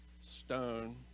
stone